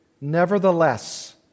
Nevertheless